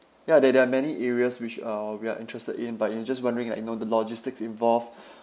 ya there there are many areas which uh we are interested in but you know just wondering like you know the logistics involved